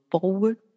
forward